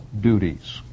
duties